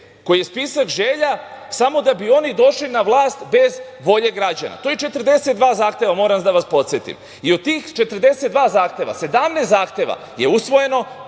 koji je spisak želja samo da bi oni došli na vlast bez volje građana. To je 42 zahteva, moram da vas podsetim. I od tih 42 zahteva, 17 zahteva je usvojeno,